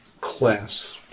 class